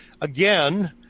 again